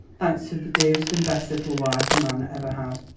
thanks to the dearest and best little wife a man ever had.